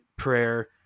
prayer